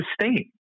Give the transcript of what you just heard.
sustain